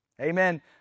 Amen